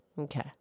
Okay